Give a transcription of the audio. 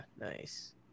Nice